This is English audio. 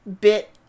bit